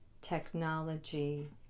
technology